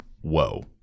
whoa